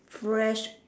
fresh